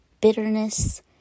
bitterness